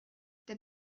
der